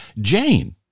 Jane